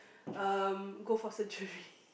um go for surgery